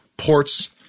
ports